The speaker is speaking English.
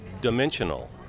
dimensional